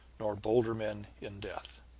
nor bolder men in death.